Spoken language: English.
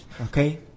Okay